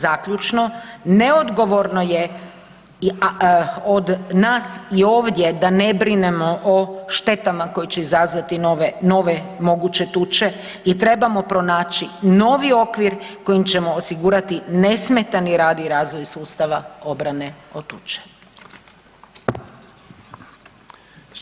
Zaključno, neodgovorno je od nas i ovdje da ne brinemo o štetama koje će izazvati nove moguće tuče i trebamo pronaći novi okvir kojim ćemo osigurati nesmetani rad i razvoj sustava obrane od tuče.